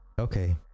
Okay